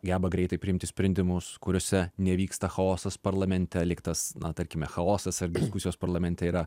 geba greitai priimti sprendimus kuriuose nevyksta chaosas parlamente lyg tas na tarkime chaosas ar diskusijos parlamente yra